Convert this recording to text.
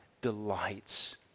delights